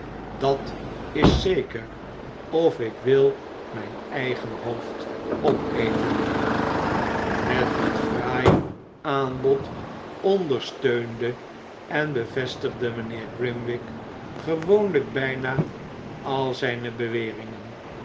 dat is zeker of ik wil mijn eigen hoofd opeten mijnheer met dit fraai aanbod ondersteunde en bevestigde mijnheer grimwig gewoonlijk bijna al zijne beweringen